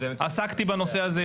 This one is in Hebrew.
עסקתי בנושא הזה,